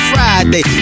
Friday